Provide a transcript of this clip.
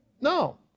No